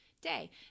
day